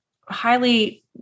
highly